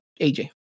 AJ